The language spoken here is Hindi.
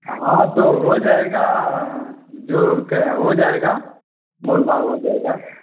हाँ तो हो जाएगा जो कि हो जाएगा मोल भाव हो जाएगा